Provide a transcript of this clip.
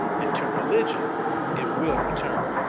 and to religion it will return.